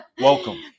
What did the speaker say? Welcome